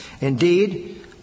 Indeed